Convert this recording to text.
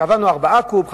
קבענו 4 קוב,